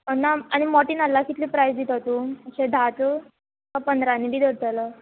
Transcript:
ना आनी मोटे नाल्ला कितले प्रायज दिता तूं अशे धाच काय पंदरानी बी धरतलो